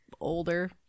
older